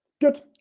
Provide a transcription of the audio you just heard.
Good